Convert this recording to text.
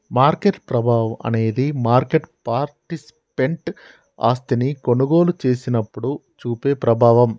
market ప్రభావం అనేది market participant ఆస్తిని కొనుగోలు చేసినప్పుడు చూపే ప్రభావం